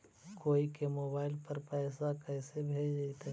कोई के मोबाईल पर पैसा कैसे भेजइतै?